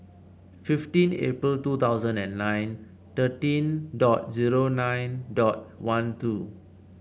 fifteen April two thousand and nine thirteen dot zero nine dot one two